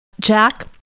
Jack